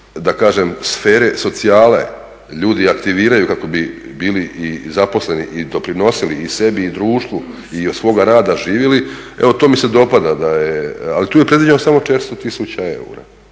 da kažem sfere socijale ljudi aktiviraju kako bi bili i zaposleni i doprinosili i sebi i društvu i od svoga rada živjeli, evo to mi se dopada da je. Ali tu je predviđeno samo 400 tisuća eura